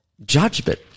judgment